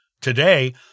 Today